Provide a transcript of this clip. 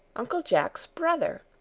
uncle jack's brother!